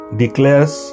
declares